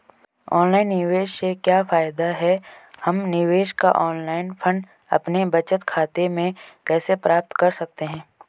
Online निवेश से क्या फायदा है हम निवेश का ऑनलाइन फंड अपने बचत खाते में कैसे प्राप्त कर सकते हैं?